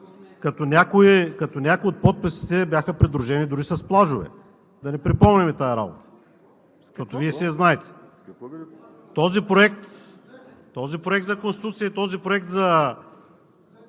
Някои от подписите бяха придружени дори с плажове – да не припомняме тази работа, защото Вие си я знаете. Този проект за Конституция и този проект за